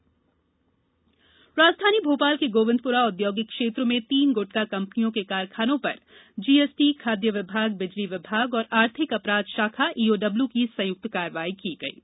कारखाना छापा राजधानी भोपाल के गोविंदपुरा औद्योगिक क्षेत्र में तीन गुटखा कंपनियों के कारखानों पर जीएसटी खाद्य विभाग बिजली विभाग और आर्थिक अपराध शाखा ईओडब्ल्यू की संयुक्त कार्रवाई की गई है